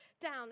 down